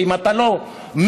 שאם אתה לא מת,